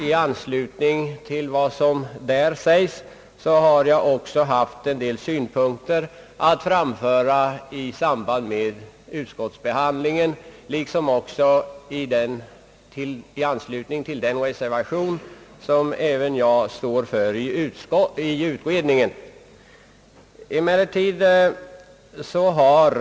I anslutning till vad som där sägs har jag också haft en del synpunkter att framföra i samband med utskottsbehandlingen och även i anslutning till den blanka reservation till betänkandet som jag anfört.